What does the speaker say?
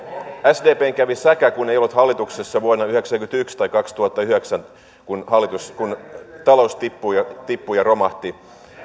sdpn kävi säkä kun ei ollut hallituksessa vuonna yhdeksänkymmentäyksi tai kaksituhattayhdeksän kun talous tippui ja tippui ja romahti